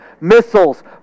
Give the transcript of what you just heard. missiles